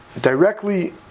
directly